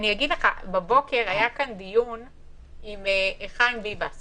בבוקר היה כאן דיון עם חיים ביבס